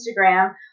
Instagram